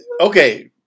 Okay